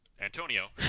Antonio